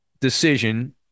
decision